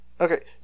Okay